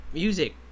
music